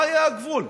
מה יהיה הגבול?